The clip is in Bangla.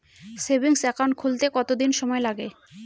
সেভিংস একাউন্ট খুলতে কতদিন সময় লাগে?